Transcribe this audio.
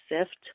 sift